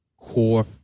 Core